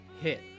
hit